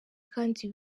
kandi